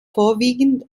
vorwiegend